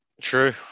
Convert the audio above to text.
true